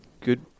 Good